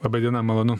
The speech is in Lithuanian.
laba diena malonu